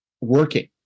working